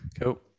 Cool